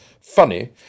funny